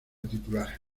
titular